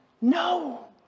No